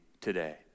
today